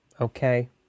Okay